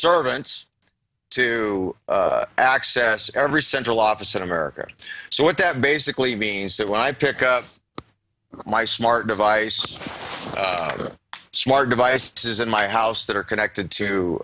servants to access every central office in america so what that basically means that when i pick my smart device smart devices in my house that are connected